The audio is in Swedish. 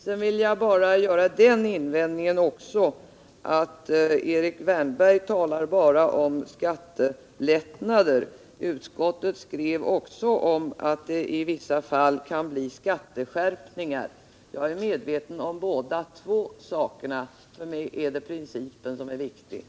Sedan vill jag också göra den invändningen att Erik Wärnberg bara talar om skattelättnader. Utskottet skrev att det i vissa fall även kan bli skatteskärpningar. Jag är medveten om båda fallen — för mig är principen det viktiga.